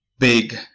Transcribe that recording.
big